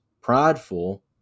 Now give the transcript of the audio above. prideful